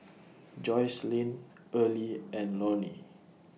Joycelyn Earlie and Lorine